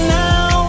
now